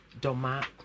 doma